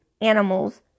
animals